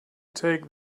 take